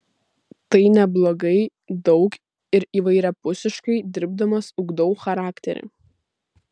tai neblogai daug ir įvairiapusiškai dirbdamas ugdau charakterį